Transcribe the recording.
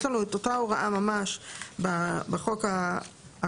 יש לנו את אותה הוראה ממש בחוק הקודם.